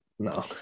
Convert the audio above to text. No